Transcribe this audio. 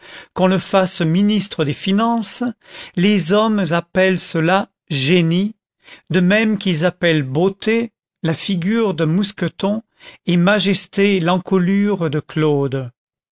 qu'on le fasse ministre des finances les hommes appellent cela génie de même qu'ils appellent beauté la figure de mousqueton et majesté l'encolure de claude